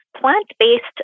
plant-based